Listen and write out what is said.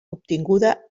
obtinguda